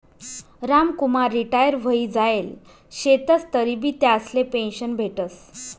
Ramkumar retire व्हयी जायेल शेतंस तरीबी त्यासले पेंशन भेटस